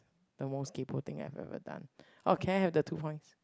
the most kaypoh thing I've ever done orh can I have the two points